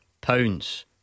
pounds